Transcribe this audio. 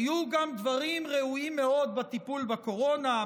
היו גם דברים ראויים מאוד בטיפול בקורונה,